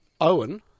Owen